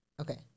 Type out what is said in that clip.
Okay